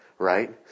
Right